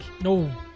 No